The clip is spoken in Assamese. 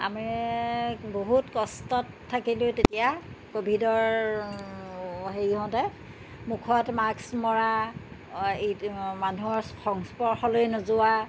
আমি বহুত কষ্টত থাকিলোঁ তেতিয়া ক'ভিডৰ হেৰি হওঁতে মুখত মাস্ক মৰা মানুহৰ সংস্পৰ্শলৈ নোযোৱা